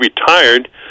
retired